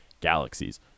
Galaxies